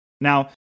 Now